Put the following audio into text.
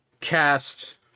cast